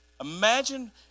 imagine